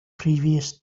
previous